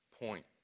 point